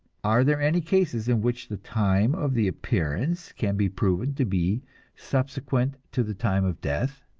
are there any cases in which the time of the appearance can be proven to be subsequent to the time of death?